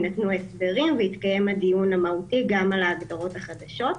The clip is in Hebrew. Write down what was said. יינתנו הסברים ויתקיים הדיון המהותי גם על ההגדרות החדשות.